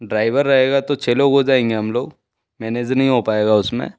driver रहेगा तो छः लोग हो जाएंगे हम लोग मैनेज नहीं ही हो पाएगा उसमें